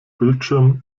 bildschirm